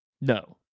No